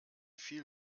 viel